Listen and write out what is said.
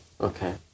Okay